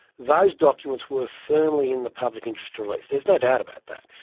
those documents were firmly in the public interest to release, there's no doubt about that.